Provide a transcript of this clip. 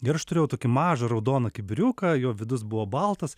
ir aš turėjau tokį mažą raudoną kibiriuką jo vidus buvo baltas